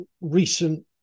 recent